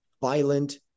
violent